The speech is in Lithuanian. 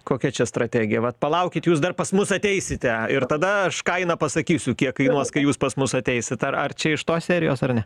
kokia čia strategija va palaukit jūs dar pas mus ateisite ir tada aš kainą pasakysiu kiek kainuos kai jūs pas mus ateisit ar ar čia iš tos serijos ar ne